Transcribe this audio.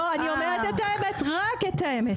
לא אני אומרת את האמת רק את האמת,